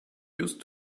used